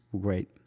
great